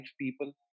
people